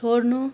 छोड्नु